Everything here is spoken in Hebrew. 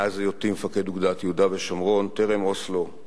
מאז היותי מפקד אוגדת יהודה ושומרון, טרם אוסלו,